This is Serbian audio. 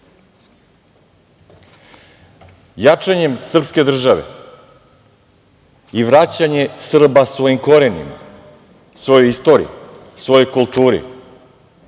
srpske države i vraćanje Srba svojim korenima, svojoj istoriji, svojoj kulturi,